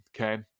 okay